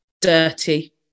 Dirty